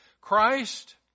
Christ